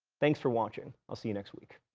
thanks for watching, i'll see you next week.